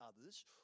others